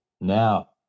now